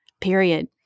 period